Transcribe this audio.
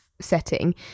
setting